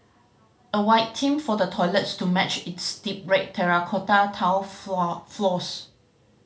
a white theme for the toilets to match its deep red terracotta tiled floors